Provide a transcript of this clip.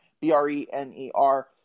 B-R-E-N-E-R